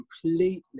completely